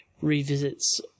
revisits